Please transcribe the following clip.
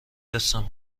رسم